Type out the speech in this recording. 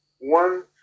One